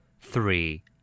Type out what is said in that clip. Three